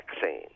vaccine